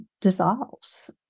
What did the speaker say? dissolves